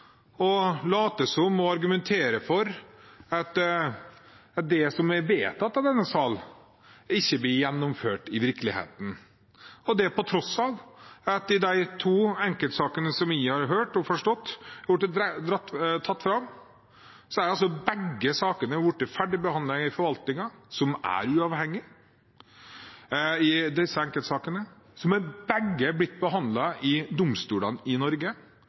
å late som og argumentere for at det som er vedtatt av denne sal, ikke blir gjennomført i virkeligheten, og det på tross av at begge de to enkeltsakene som jeg har hørt om, og som har blitt tatt fram, er blitt ferdigbehandlet i forvaltningen, som er uavhengig i disse enkeltsakene. Begge er blitt behandlet i domstolene i Norge,